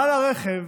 בעל הרכב